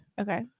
okay